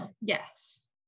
Yes